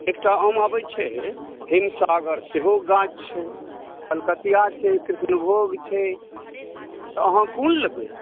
एकटा आम आबैत छै हिमसागर सेहो गाछ छै कलकतिआ छै कृष्णभोग छै तऽ अहाँ कोन लेबै